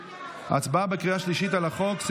הצבעה בקריאה שלישית על החוק,